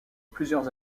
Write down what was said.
plusieurs